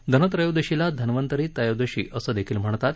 धनत्रयोदशीला धन्वंतरी त्रयोदशी असं देखील म्हणतात